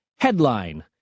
Headline